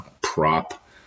prop